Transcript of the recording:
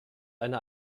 eine